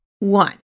One